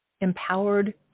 empowered